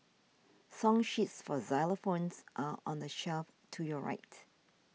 song sheets for xylophones are on the shelf to your right